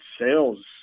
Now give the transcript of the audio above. sales